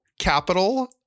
capital